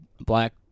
black